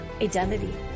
identity